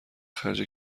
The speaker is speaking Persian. خرج